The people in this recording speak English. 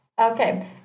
Okay